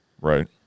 Right